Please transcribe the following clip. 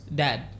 dad